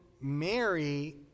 Mary